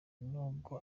nibwo